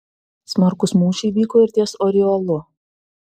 smarkūs mūšiai vyko ir ties oriolu